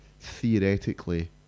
theoretically